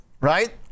right